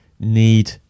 Need